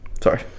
sorry